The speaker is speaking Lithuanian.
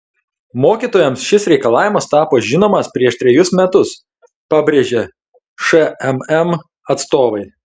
mokytojams šis reikalavimas tapo žinomas prieš trejus metus pabrėžė šmm atstovai